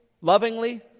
lovingly